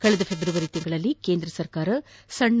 ಕಳೆದ ಫೆಬ್ರವರಿಯಲ್ಲಿ ಕೇಂದ್ರ ಸರ್ಕಾರ ಸಣ್ಣ